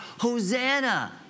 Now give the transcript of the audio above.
Hosanna